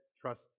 trust